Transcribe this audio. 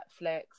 Netflix